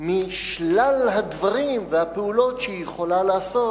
משלל הדברים והפעולות שהיא יכולה לעשות,